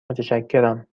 متشکرم